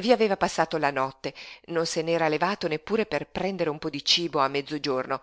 vi aveva passata la notte non se n'era levato neppure per prendere un po di cibo a mezzogiorno